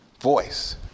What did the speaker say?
voice